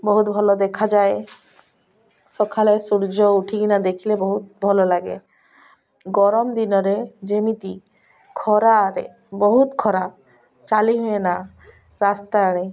ବହୁତ ଭଲ ଦେଖାଯାଏ ସକାଳେ ସୂର୍ଯ୍ୟ ଉଠିକିନା ଦେଖିଲେ ବହୁତ ଭଲ ଲାଗେ ଗରମ ଦିନରେ ଯେମିତି ଖରାରେ ବହୁତ ଖରାପ ଚାଲି ହୁଏନା ରାସ୍ତା ଆଡ଼େ